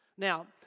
Now